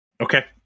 Okay